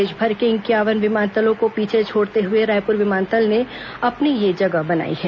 देशभर के इंक्यावन विमानतर्लो को पीछे छोड़ते हुए रायपुर विमानतल ने अपनी यह जगह बनाई है